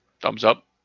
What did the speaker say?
Thumbs-up